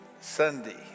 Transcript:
Sunday